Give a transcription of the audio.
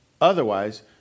Otherwise